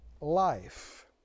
Life